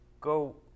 Go